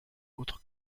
autre